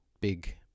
big